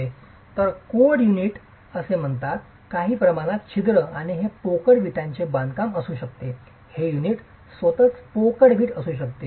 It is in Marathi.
यास कोरड युनिट असे म्हणतात काही प्रमाणात छिद्र आणि हे पोकळ विटांचे बांधकाम असू शकते हे युनिट स्वतःच पोकळ वीट असू शकते